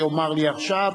שיאמר לי עכשיו,